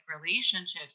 relationships